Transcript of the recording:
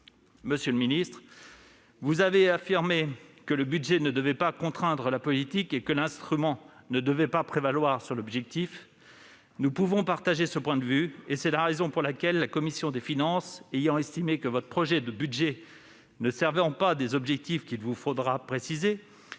la future PAC des ? Vous avez affirmé que le budget ne devait pas contraindre la politique et que l'instrument ne devait pas prévaloir sur l'objectif. Nous pouvons partager ce point de vue. C'est la raison pour laquelle, ayant estimé que votre projet de budget ne servait pas des objectifs qu'il vous faudra préciser,